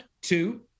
Two